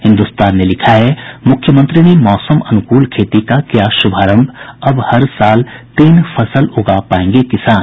हिन्दुस्तान ने लिखा है मुख्यमंत्री ने मौसम अनुकूल खेती का किया शुभारंभ अब हर साल तीन फसल उगा पायेंगे किसान